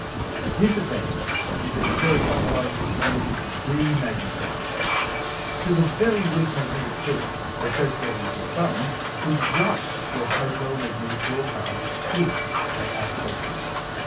but the disadvantage is that ferric oxide is easy to de-magnetise. so the very weak magnetic field associated with your phone could wipe your hotel magnetic door card if they're ah close to each other.